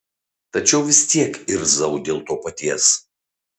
tačiau vis tiek irzau dėl to paties